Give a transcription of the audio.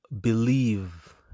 believe